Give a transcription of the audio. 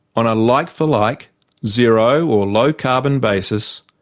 on a like for like zero or low carbon basis,